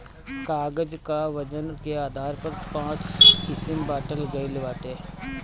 कागज कअ वजन के आधार पर पाँच किसिम बांटल गइल बाटे